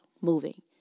moving